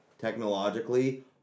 technologically